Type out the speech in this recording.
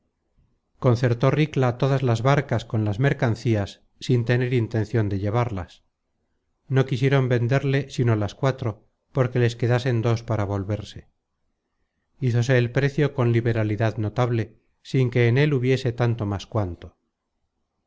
comprase concertó ricla todas las barcas con las mercancías sin tener intencion de llevarlas no quisieron venderle sino las cuatro porque les quedasen dos para volverse hízose el precio con fué ricla á su cueva y en pedazos